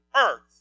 earth